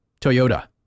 Toyota